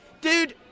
Dude